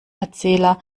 erzähler